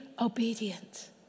obedient